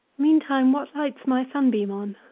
meantime, what lights my sunbeam on.